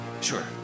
Sure